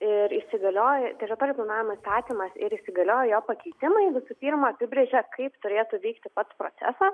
ir įsigalio teritorijų planavimo įstatymas ir įsigalioję jo pakeitimai visų pirma apibrėžia kaip turėtų vykti pats procesas